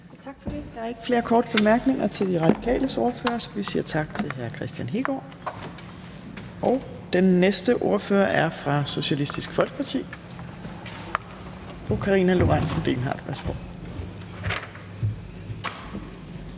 Tak for det. Der er ikke flere korte bemærkninger til De Radikales ordfører, så vi siger tak til hr. Kristian Hegaard. Den næste ordfører er fra Socialistisk Folkeparti. Fru Karina Lorentzen Dehnhardt, værsgo.